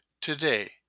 today